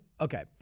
okay